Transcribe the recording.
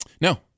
No